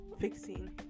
fixing